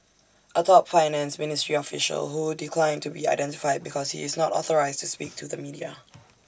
A top finance ministry official who declined to be identified because he is not authorised to speak to the media